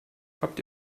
habt